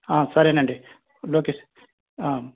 ఆ సరేనండి లొకేషన్